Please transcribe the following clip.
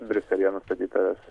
briuselyje nustatyta